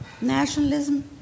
nationalism